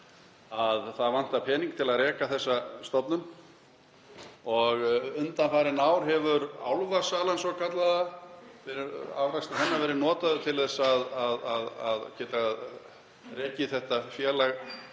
að það vantar pening til að reka þessa stofnun. Undanfarin ár hefur álfasalan svokallaða, afrakstur hennar, verið notuð til þess að reka þetta félag